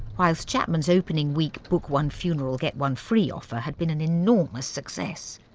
whilst chapman's opening week book-one-funeral-get-one-free offer had been an enormous success.